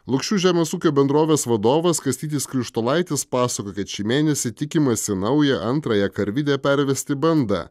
lukšių žemės ūkio bendrovės vadovas kastytis krištolaitis pasakoja kad šį mėnesį tikimasi naują antrąją karvidę pervesti bandą